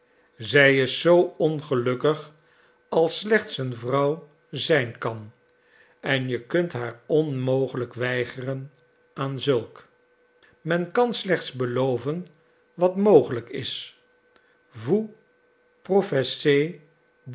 zij is zoo ongelukkig als slechts een vrouw zijn kan en je kunt haar onmogelijk weigeren aan zulk men kan slechts beloven wat mogelijk is vous professez